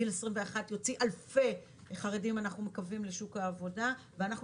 גיל 21 יוציא אלפי חרדים לשוק העבודה ואנחנו